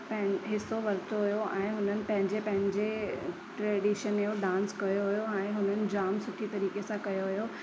पें हिसो वरितो हुयो ऐं हुननि पंहिंजे पंहिंजे ट्रेडिशन जो डांस कयो हुयो हाणे हुननि जामु सुठी तरीक़े सां कयो हुयो